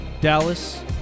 dallas